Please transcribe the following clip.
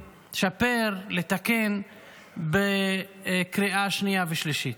לשפר, לתקן בקריאה שנייה ושלישית.